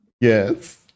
Yes